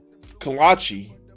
Kalachi